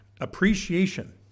Appreciation